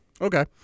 Okay